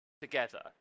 together